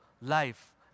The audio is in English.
life